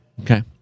Okay